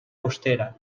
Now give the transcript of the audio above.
austera